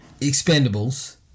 Expendables